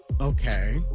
Okay